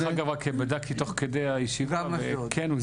דרך אגב, בדקתי תוך כדי הישיבה וכן הוזמנו.